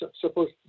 supposed